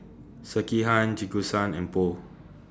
Sekihan and Pho